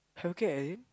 healthcare as in